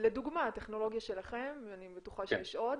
לדוגמה הטכנולוגיה שלכם ואני בטוחה שיש עוד,